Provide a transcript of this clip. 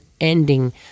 ending